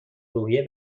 روحیه